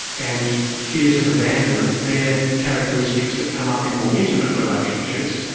and fears of abandonment. they are characteristics that come up in more intimate relationships.